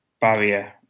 barrier